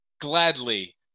gladly